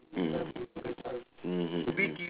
mm mmhmm